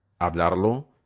hablarlo